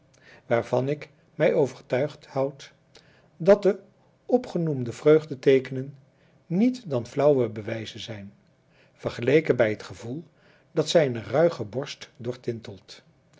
waarvan ik mij overtuigd houd dat de opgenoemde vreugdeteekenen niet dan flauwe bewijzen zijn vergeleken bij het gevoel dat zijn ruige borst doortintelt